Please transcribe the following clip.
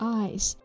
eyes